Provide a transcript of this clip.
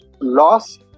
loss